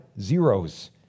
zeros